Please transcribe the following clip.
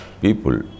people